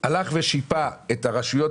ככל שאתה צודק,